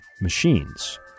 machines